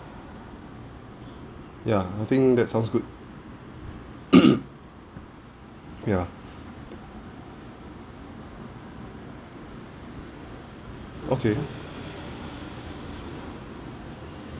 ya I think that sounds good ya okay